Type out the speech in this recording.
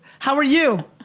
how are you?